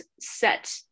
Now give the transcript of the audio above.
set